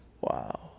Wow